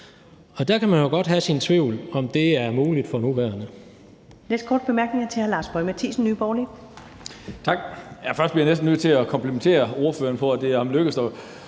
Og der kan man jo godt have sine tvivl, om det er muligt for nuværende.